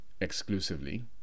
exclusively